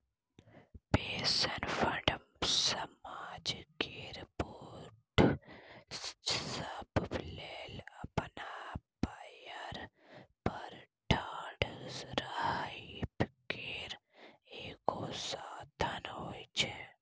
pension fund समाज केर बूढ़ सब लेल अपना पएर पर ठाढ़ रहइ केर एगो साधन होइ छै